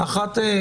אחת,